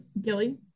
Gilly